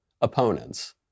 opponents